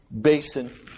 basin